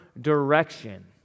direction